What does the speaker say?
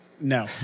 No